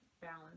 balance